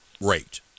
rate